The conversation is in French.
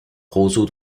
roseau